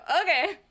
okay